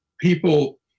people